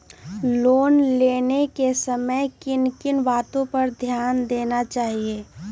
Loan लेने के समय किन किन वातो पर ध्यान देना चाहिए?